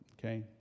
okay